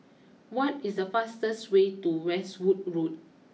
what is the fastest way to Westwood Road